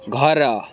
ଘର